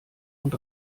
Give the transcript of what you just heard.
und